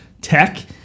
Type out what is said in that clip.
tech